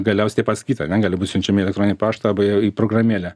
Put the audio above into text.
galiausiai tie patys kvitai ane gali būt siunčiami į elektroninį paštą arba į programėlę